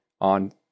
on